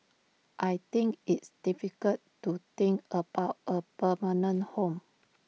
I think it's difficult to think about A permanent home